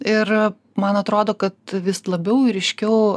ir man atrodo kad vis labiau ir ryškiau